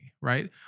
right